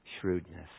shrewdness